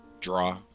Draw